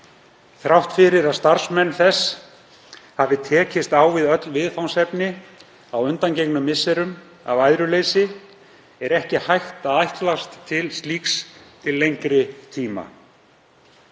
Þrátt fyrir að starfsmenn þess hafi tekist á við öll viðfangsefni á undangengnum misserum af æðruleysi er ekki hægt að ætlast til slíks til lengri tíma.